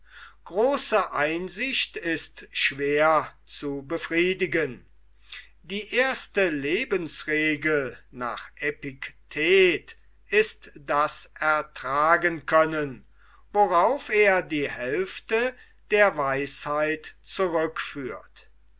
große einsicht ist schwer zu befriedigen die erste lebensregel nach epiktet ist das ertragenkönnen worauf er die hälfte der weisheit zurückführt